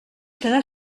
quedar